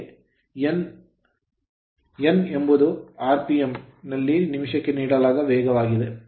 ಮತ್ತು N ಎಂಬುದು rpm RPM ನಲ್ಲಿ ನಿಮಿಷಕ್ಕೆ ಸುತ್ತು ನೀಡಲಾದ ವೇಗವಾಗಿದೆ